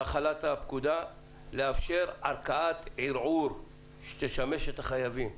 להכרעה לאפשר ערכאת ערעור שתשמש את החייבים.